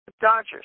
Dodgers